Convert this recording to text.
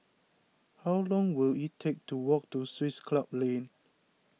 how long will it take to walk to Swiss Club Lane